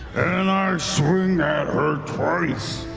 and i swing at her twice.